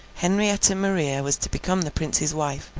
henrietta maria was to become the prince's wife,